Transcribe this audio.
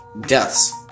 deaths